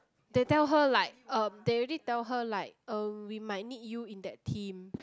they tell her like um they already tell her like (un( we might need you in that team